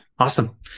Awesome